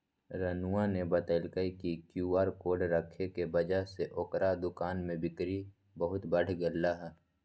रानूआ ने बतल कई कि क्यू आर कोड रखे के वजह से ओकरा दुकान में बिक्री बहुत बढ़ लय है